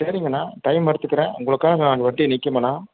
சேரிங்க அண்ணா டைம் எடுத்துக்குறேன் உங்களுக்காக நான் அங்கே வண்டி நிற்குமண்ணா